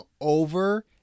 over